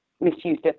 misused